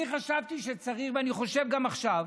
אני חשבתי, ואני חושב גם עכשיו,